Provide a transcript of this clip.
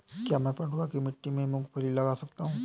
क्या मैं पडुआ की मिट्टी में मूँगफली लगा सकता हूँ?